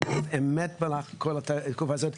באמת על כל התקופה הזאת.